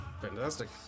Fantastic